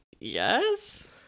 yes